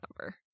number